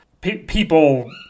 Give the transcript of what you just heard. people